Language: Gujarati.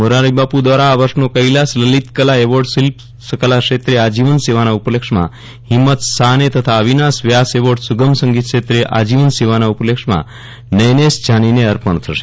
મોરારિબાપુ દ્વારા આ વર્ષનો કેલાસ લલિતકલા એવોર્ડ શિલ્પકલા ક્ષેત્રે આજીવન સેવાના ઉપલક્ષ્યમાં હિંમત શાહને તથા અવિનાશ વ્યાસ એવોર્ડ સુગમસંગીત ક્ષેત્રે આજીવન સેવાના ઉપલક્ષ્યમાં નયનેશ જાનીને અર્પણ થશે